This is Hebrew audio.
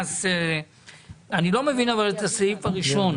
אני לא מבין את הסעיף הראשון.